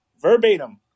verbatim